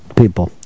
people